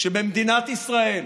שמדינת ישראל,